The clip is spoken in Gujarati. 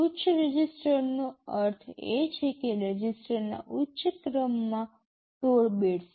ઉચ્ચ રજિસ્ટરનો અર્થ એ છે કે રજિસ્ટરના ઉચ્ચ ક્રમમાં ૧૬ બિટ્સ